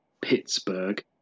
Pittsburgh